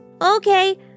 Okay